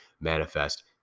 manifest